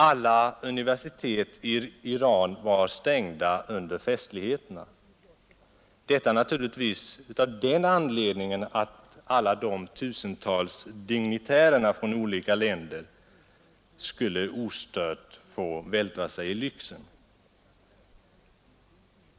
Alla universitet i Iran var stängda under festligheterna, och detta naturligtvis av den anledningen att alla de tusentals dignitärerna från olika länder skulle ostört få vältra sig i lyxen.